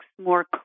more